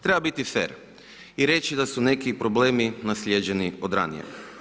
Treba biti fer i reći da su neki problemi naslijeđeni od ranije.